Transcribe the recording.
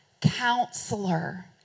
counselor